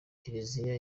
kiliziya